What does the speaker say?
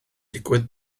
digwydd